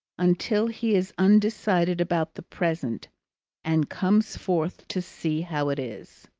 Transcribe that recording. until he is undecided about the present and comes forth to see how it is.